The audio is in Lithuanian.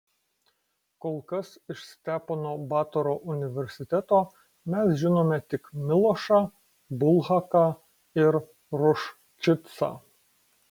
kol kas iš stepono batoro universiteto mes žinome tik milošą bulhaką ir ruščicą